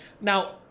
Now